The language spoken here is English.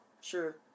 sure